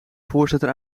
voorzitter